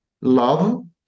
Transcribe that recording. love